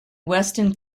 weston